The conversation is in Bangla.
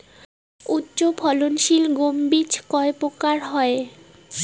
উচ্চ ফলন সিল গম বীজ কয় প্রকার হয়?